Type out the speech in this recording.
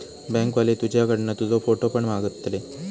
bank वाले तुझ्याकडना तुजो फोटो पण मागतले